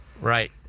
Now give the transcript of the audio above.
Right